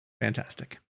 Fantastic